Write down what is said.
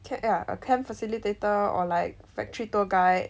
ya a camp facilitator or like factory tour guide